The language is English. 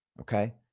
Okay